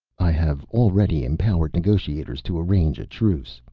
i have already empowered negotiators to arrange a truce,